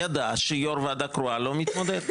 יידע שיו"ר ועדה קרואה לא מתמודד.